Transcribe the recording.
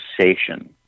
sensation